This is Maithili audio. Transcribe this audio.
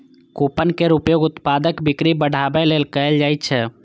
कूपन केर उपयोग उत्पादक बिक्री बढ़ाबै लेल कैल जाइ छै